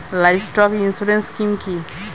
Livestock insurance scheme কি?